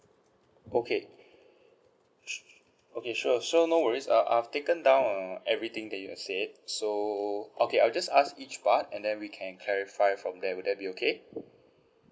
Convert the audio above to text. okay okay sure so no worries uh I've taken down uh everything that you have said so okay I'll just ask each part and then we can clarify from there will that be okay